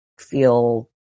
feel